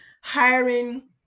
hiring